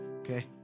okay